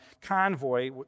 convoy